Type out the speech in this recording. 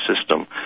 system